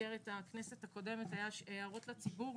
בכנסת הקודמת היו הערות לציבור.